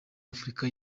afurika